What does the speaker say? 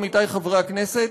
עמיתי חברי הכנסת,